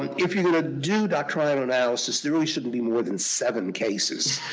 um if you're going to do doctrinal analysis there really shouldn't be more than seven cases